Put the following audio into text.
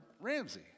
Ramsey